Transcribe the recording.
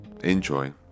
enjoy